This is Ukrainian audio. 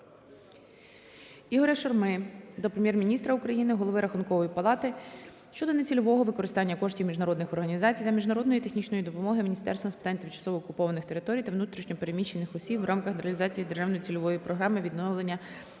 Ігоря ШУРМИ до Прем'єр-міністра України, Голови Рахункової палати щодо нецільового використання коштів міжнародних організацій та міжнародної технічної допомоги Міністерством з питань тимчасово окупованих територій та внутрішньо переміщених осіб в рамках реалізації Державної цільової програми "Відновлення